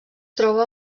troba